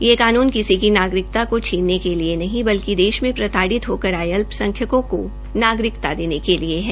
यह कानून किसी की नागरिकता को छीने के लिए नहीं बल्कि देश में प्रताब्रिम होकर आये अल्पसंख्यकों को नागरिकता देने के लिए है